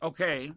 Okay